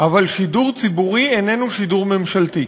אבל שידור ציבורי איננו שידור ממשלתי.